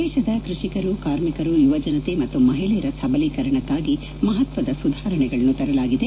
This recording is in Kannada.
ದೇಶದ ಕೃಷಿಕರು ಕಾರ್ಮಿಕರು ಯುವಜನತೆ ಮತ್ತು ಮಹಿಳೆಯರ ಸಬಲೀಕರಣಕ್ಕಾಗಿ ಮಹತ್ವದ ಸುಧಾರಣೆಗಳನ್ನು ತರಲಾಗಿದೆ